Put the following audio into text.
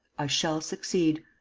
i shall succeed.